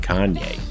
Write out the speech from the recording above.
Kanye